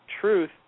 truth